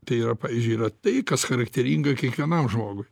tai yra pavyzdžiui yra tai kas charakteringa kiekvienam žmogui